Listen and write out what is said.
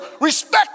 Respect